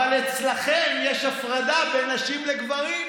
אבל אצלכם יש הפרדה בין נשים לגברים,